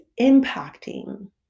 impacting